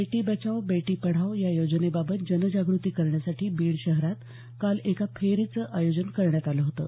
बेटी बचाओ बेटी पढाओ या योजनेबाबत जनजागृती करण्यासाठी बीड शहरात काल एका फेरीचं आयोजन करण्यात आलं होतं